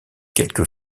quelque